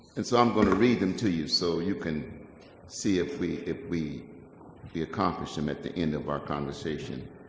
and so i'm going to read them to you, so you can see if we if we accomplish them at the end of our conversation.